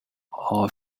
all